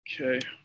okay